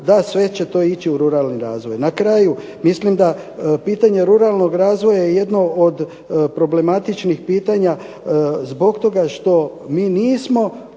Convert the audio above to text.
da sve će to ići u ruralni razvoj. Na kraju, mislim da pitanje ruralnog razvoja je jedno od problematičnih pitanja zbog toga što mi nismo